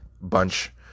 bunch